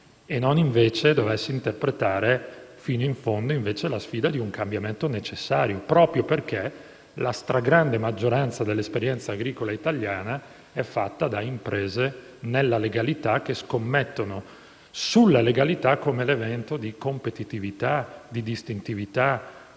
e non dovesse invece interpretare fino in fondo la sfida di un cambiamento necessario, proprio perché la stragrande maggioranza dell'esperienza agricola italiana è fatta da imprese che, nella legalità, scommettono sulla legalità come elemento di competitività, distintività